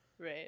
right